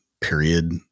period